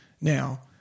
Now